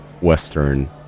Western